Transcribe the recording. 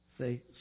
Say